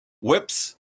whips